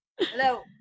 Hello